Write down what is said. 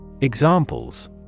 Examples